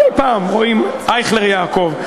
מדי פעם רואים: "אייכלר יעקוב".